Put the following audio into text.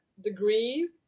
degree